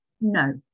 no